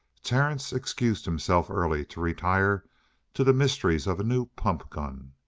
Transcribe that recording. terence excused himself early to retire to the mysteries of a new pump-gun.